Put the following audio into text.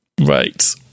Right